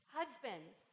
husbands